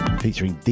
featuring